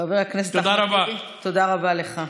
חבר הכנסת אחמד טיבי, תודה רבה לך.